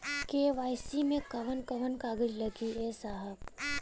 KYC मे कवन कवन कागज लगी ए साहब?